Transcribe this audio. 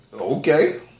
Okay